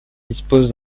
dispose